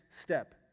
step